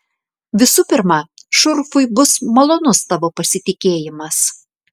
visų pirma šurfui bus malonus tavo pasitikėjimas